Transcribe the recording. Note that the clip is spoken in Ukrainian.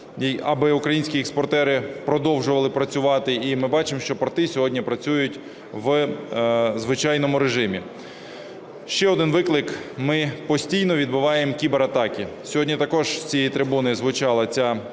аби українські експортери продовжували працювати. І ми бачимо, що порти сьогодні працюють у звичайному режимі. Ще один виклик – ми постійно відбиваємо кібератаки. Сьогодні також з цієї трибуни звучала ця